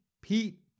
Pete